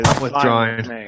withdrawing